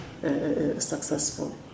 successful